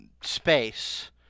space